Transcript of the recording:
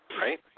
right